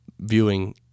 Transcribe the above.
viewing